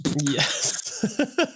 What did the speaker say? Yes